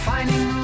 Finding